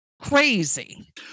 crazy